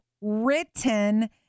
written